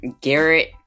Garrett